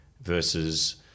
versus